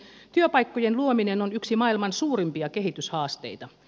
työpaikkojen luominen on yksi maailman suurimpia kehityshaasteita